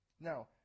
Now